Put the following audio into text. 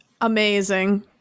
amazing